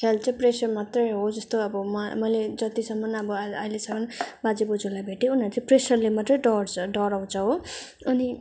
health चाहिँ pressure मात्र हो जस्तो अब म मैले जतिसम्म अब आइ अहिलेसम्म बाजे बोजूलाई भेटेँ उनीहरू चाहिँ प्रेसरले मात्र डराउँछ डराउँछ हो अनि